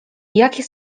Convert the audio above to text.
jakie